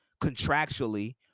contractually